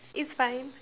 it's fine